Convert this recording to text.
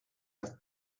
have